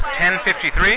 1053